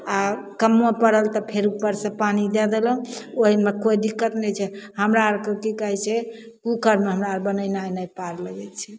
आओर कम्मो पड़ल तऽ फेर उपरसँ पानि दै देलहुँ ओइमे कोइ दिक्कत नहि छै हमरा अरके की कहय छै कूकरमे हमरा अर बनेनाय नहि पार लगय छै